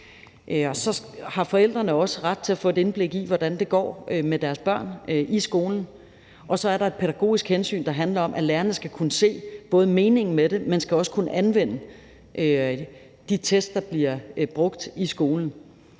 Så har forældrene også ret til at få et indblik i, hvordan det går med deres børn i skolen. Og så er der et pædagogisk hensyn, der handler om, at lærerne både skal kunne se meningen med det og også kunne anvende de test, der bliver brugt i skolen.